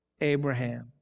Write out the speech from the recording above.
Abraham